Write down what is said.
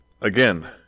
again